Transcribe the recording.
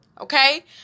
Okay